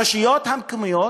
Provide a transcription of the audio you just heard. הרשויות המקומיות